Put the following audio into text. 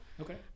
Okay